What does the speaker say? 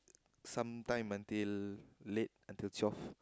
some time until late until twelve